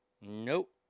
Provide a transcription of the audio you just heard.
Nope